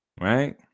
Right